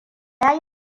yayi